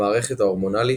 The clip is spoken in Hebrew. המערכת ההורמונלית,